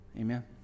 Amen